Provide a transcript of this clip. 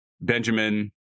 Benjamin